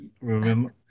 Remember